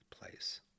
place